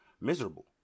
miserable